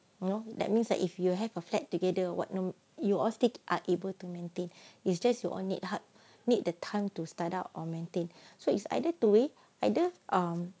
you know that means that if you have a flat together what know you all still are able to maintain its just you all need time need the time to start up or maintain so it's either two way either um